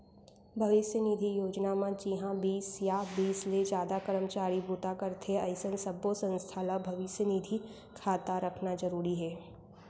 भविस्य निधि योजना म जिंहा बीस या बीस ले जादा करमचारी बूता करथे अइसन सब्बो संस्था ल भविस्य निधि खाता रखना जरूरी हे